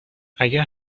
اگر